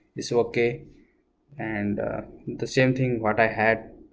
is okay and the same thing what i had